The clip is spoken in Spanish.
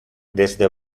desde